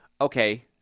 Okay